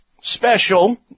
special